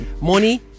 money